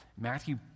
Matthew